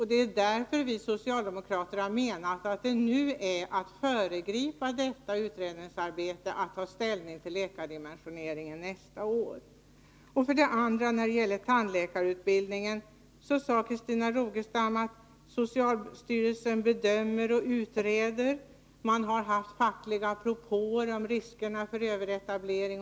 Det är därför som vi socialdemokrater har menat att det nu vore att föregripa detta utredningsarbete att ta ställning till läkardimensioneringen nästa år. När det gäller tandläkarutbildningen sade Christina Rogestam att socialstyrelsen nu utreder denna och att det har förekommit fackliga propåer om riskerna för överetablering.